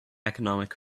economic